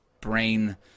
brain